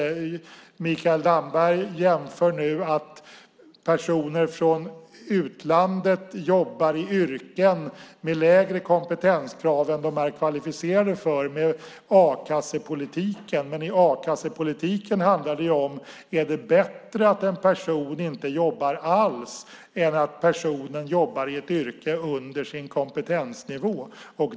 Mikael Damberg säger att personer från utlandet jobbar i yrken med lägre kompetenskrav än vad de är kvalificerade för med a-kassepolitiken. Men i a-kassepolitiken handlar det om att se om det är bättre att en person inte jobbar alls än att personen jobbar i ett yrke under sin kompetensnivå.